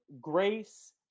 grace